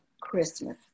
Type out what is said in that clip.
Christmas